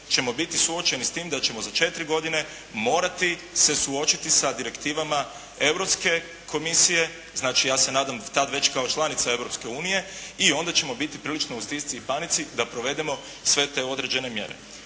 ćemo biti suočeni s tim da ćemo za 4 godine morati se suočiti sa direktivama Europske komisije, znači, ja se nadam tada već kao članica Europske unije, i onda ćemo biti prilično u stisci i panici da provedemo sve te određene mjere.